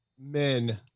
men